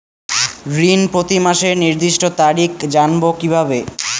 ঋণ প্রতিমাসের নির্দিষ্ট তারিখ জানবো কিভাবে?